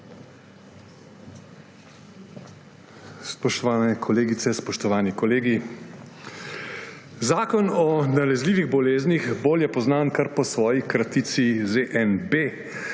Spoštovane kolegice, spoštovani kolegi! Zakon o nalezljivih boleznih, bolje poznan kar po svoji kratici ZNB,